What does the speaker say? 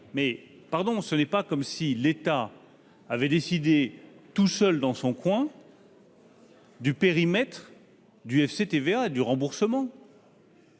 mais ce n'est pas comme si l'État avait décidé tout seul, dans son coin, du périmètre du remboursement.